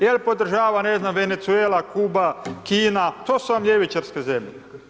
Je li podržava, ne znam, Venezuela, Kuba, Kina, to su vam ljevičarske zemlje.